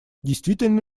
действительно